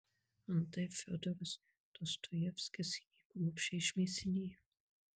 antai fiodoras dostojevskis jį kruopščiai išmėsinėjo